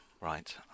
Right